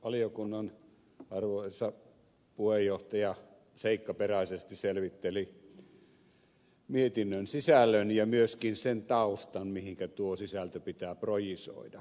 valiokunnan arvoisa puheenjohtaja seikkaperäisesti selvitteli mietinnön sisällön ja myöskin sen taustan mihinkä tuo sisältö pitää projisoida